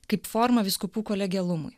kaip formą vyskupų kolegialumui